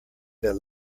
that